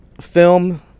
film